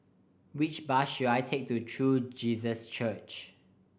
which bus should I take to True Jesus Church